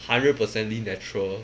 hundred percently natural